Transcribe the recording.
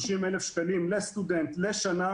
30,000 שקלים לסטודנט לשנה,